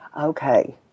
Okay